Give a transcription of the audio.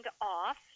off